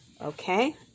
okay